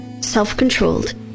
self-controlled